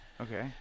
Okay